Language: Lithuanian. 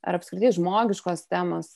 ar apskritai žmogiškos temos